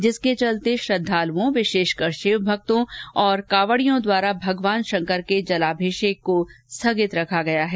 जिसके चलते श्रद्वालुओं विशेषकर शिव भक्तों और कावडियों द्वारा भगवान शंकर के जलाभिषेक को स्थगित रखा गया है